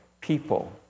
people